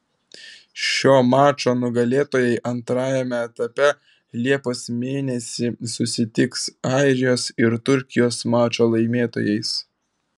šio mačo nugalėtojai antrajame etape liepos mėnesį susitiks airijos ir turkijos mačo laimėtojais